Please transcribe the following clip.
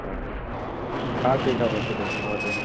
हा का क्रीडा रोचते भवते